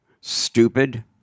stupid